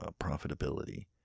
profitability